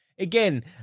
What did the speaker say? Again